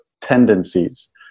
tendencies